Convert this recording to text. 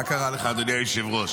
מה קרה לך, אדוני היושב-ראש?